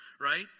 right